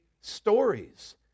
stories